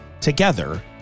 Together